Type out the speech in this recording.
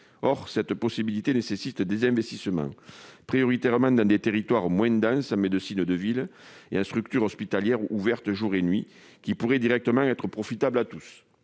Or cette possibilité nécessite, prioritairement dans les territoires moins denses en médecine de ville et en structures hospitalières ouvertes jour et nuit, des investissements qui pourraient directement être profitables à tous.